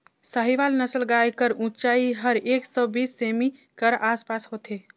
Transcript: साहीवाल नसल गाय कर ऊंचाई हर एक सौ बीस सेमी कर आस पास होथे